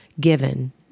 given